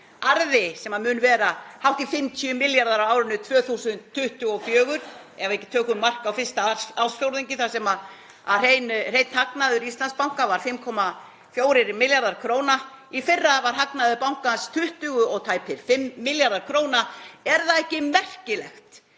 arði sem mun vera hátt í 50 milljarðar á árinu 2024 ef við tökum mark á fyrsta ársfjórðungi þar sem hreinn hagnaður Íslandsbanka var 5,4 milljarðar kr.? Í fyrra var hagnaður bankans tæpir 5 milljarðar kr. Er það ekki merkilegt